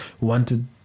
wanted